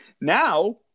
now